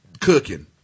cooking